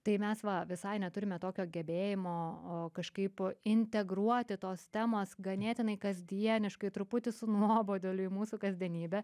tai mes va visai neturime tokio gebėjimo kažkaip integruoti tos temos ganėtinai kasdieniškai truputį su nuoboduliu į mūsų kasdienybę